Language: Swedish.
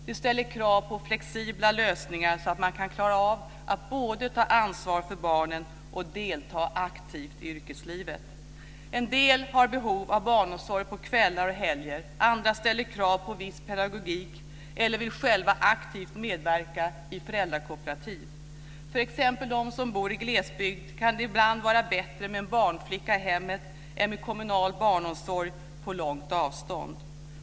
Det ställer krav på flexibla lösningar så att man kan klara av att både ta ansvar för barnen och delta aktivt i yrkeslivet. En del har behov av barnomsorg på kvällar och helger och andra ställer krav på viss pedagogik eller vill själva aktivt medverka i föräldrakooperativ. För exempelvis de som bor i glesbygd kan det vara bättre med en barnflicka i hemmet än med kommunal barnomsorg på långt avstånd.